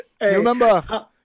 Remember